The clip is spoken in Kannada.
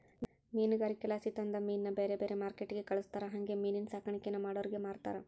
ಮೀನುಗಾರಿಕೆಲಾಸಿ ತಂದ ಮೀನ್ನ ಬ್ಯಾರೆ ಬ್ಯಾರೆ ಮಾರ್ಕೆಟ್ಟಿಗೆ ಕಳಿಸ್ತಾರ ಹಂಗೆ ಮೀನಿನ್ ಸಾಕಾಣಿಕೇನ ಮಾಡೋರಿಗೆ ಮಾರ್ತಾರ